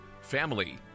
family